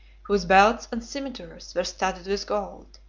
whose belts and cimeters were studded with gold.